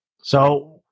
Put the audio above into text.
So-